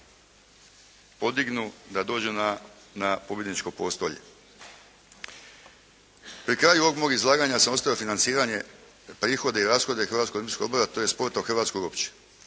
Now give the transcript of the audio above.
podignu da dođu na pobjedničko postolje. Pri kraju ovog mog izlaganja sam ostavio financiranje prihode i rashode Hrvatskog olimpijskog odbora, tj. sporta hrvatskog uopće